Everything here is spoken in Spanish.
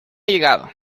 llegado